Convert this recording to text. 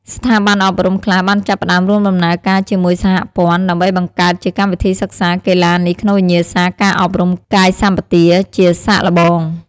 ស្ថាប័នអប់រំខ្លះបានចាប់ផ្តើមរួមដំណើរការជាមួយសហព័ន្ធ ដើម្បីបង្កើតជាកម្មវិធីសិក្សាកីឡានេះក្នុងវិញ្ញាសាការអប់រំកាយសម្បទាជាសាកល្បង។